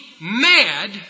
mad